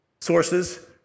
sources